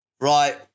Right